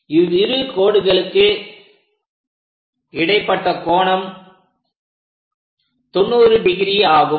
இவ்விரு கோடுகளுக்கு இடைப்பட்ட கோணம் 90° ஆகும்